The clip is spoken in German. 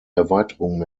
erweiterung